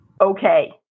okay